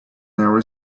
narrow